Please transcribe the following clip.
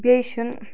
بیٚیہِ چھِ نہٕ